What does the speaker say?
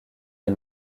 les